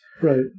right